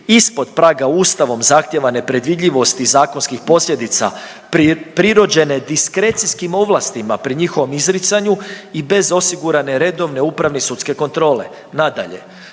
ispod praga Ustavom zahtijevane predvidljivosti zakonskih posljedica prirođene diskrecijskim ovlastima pri njihovom izricanju i bez osigurane redovne upravne i sudske kontrole. Nadalje,